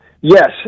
Yes